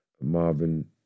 Marvin